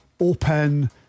open